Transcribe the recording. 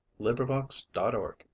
librivox.org